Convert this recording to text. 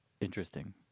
interesting